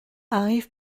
arrive